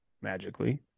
magically